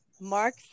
Mark